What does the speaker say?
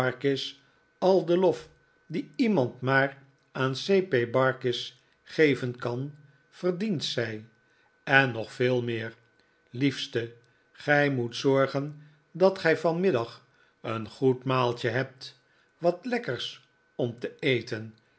al den lof dien iemand maar aan c p barkis geven kan verdient zij en nog veel meer liefste gij moet zorgen dat gij vanmiddag een goed maaltje hebt wat lekkers om te eten